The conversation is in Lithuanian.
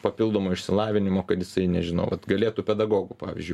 papildomo išsilavinimo kad jisai nežinau vat galėtų pedagogu pavyzdžiui